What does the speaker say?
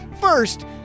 First